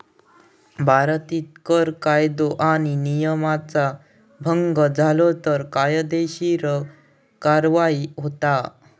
भारतीत कर कायदो आणि नियमांचा भंग झालो तर कायदेशीर कार्यवाही होता